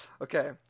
okay